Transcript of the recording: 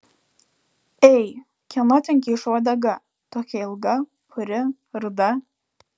ei kieno ten kyšo uodega tokia ilga puri ruda